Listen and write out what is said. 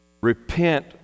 Repent